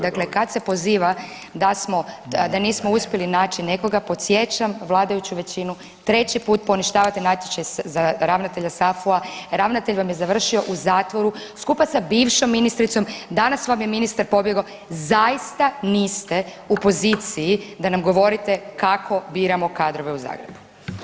Dakle kad se poziva da smo, da nismo uspjeli naći nekoga, podsjećam vladajuću većinu, 3. put poništavate natječaj za ravnatelja SAFU-a, ravnatelj vam je završio u zatvoru skupa sa bivšom ministricom, danas vam je ministar pobjegao, zaista niste u poziciji da nam govorite kako biramo kadrove u Zagrebu.